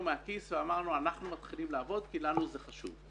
מהכיס ואמרנו שאנחנו מתחילים לעבוד כי לנו זה חשוב.